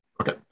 okay